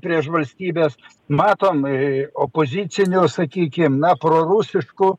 prieš valstybes matom opozicinių sakykime na prorusiškų